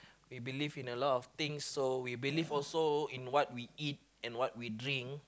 we believe in a lot of things so we believe also in what we eat and what we drink